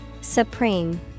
Supreme